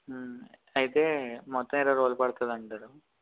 అయితే మొత్తం ఇరవై రోజులు పడుతుందంటారు